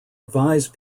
advise